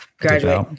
graduate